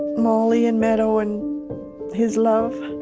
molly, and meadow, and his love,